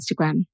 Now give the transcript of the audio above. Instagram